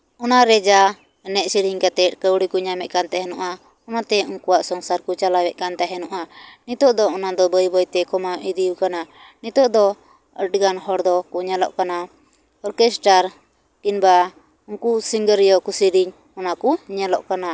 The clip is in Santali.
ᱚᱱᱟᱨᱮ ᱡᱟ ᱮᱱᱮᱡ ᱥᱮᱨᱮᱧ ᱠᱟᱛᱮᱫ ᱠᱟᱹᱣᱰᱤ ᱠᱚ ᱧᱟᱢᱮᱫ ᱠᱟᱱ ᱛᱟᱦᱮᱱᱚᱜᱼᱟ ᱚᱱᱟᱛᱮ ᱩᱱᱠᱩᱣᱟᱜ ᱥᱚᱝᱥᱟᱨ ᱠᱚ ᱪᱟᱞᱟᱣ ᱮᱫ ᱠᱟᱱ ᱛᱟᱦᱮᱱᱚᱜᱼᱟ ᱱᱤᱛᱚᱜ ᱫᱚ ᱚᱱᱟᱫᱚ ᱵᱟᱹᱭ ᱵᱟᱹᱭᱛᱮ ᱚᱱᱟᱫᱚ ᱠᱚᱢᱟᱣ ᱤᱫᱤᱣ ᱠᱟᱱᱟ ᱱᱤᱛᱚᱜ ᱫᱚ ᱟᱹᱰᱤᱜᱟᱱ ᱦᱚᱲ ᱫᱚᱠᱚ ᱧᱮᱞᱚᱜ ᱠᱟᱱᱟ ᱚᱨᱜᱮᱥᱴᱟᱨ ᱠᱤᱢᱵᱟ ᱩᱱᱠᱩ ᱥᱤᱝᱜᱟᱹᱨᱤᱭᱟᱹ ᱠᱚ ᱥᱮᱨᱮᱧ ᱚᱱᱟ ᱠᱚ ᱧᱮᱞᱚᱜ ᱠᱟᱱᱟ